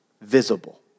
visible